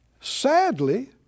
sadly